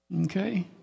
Okay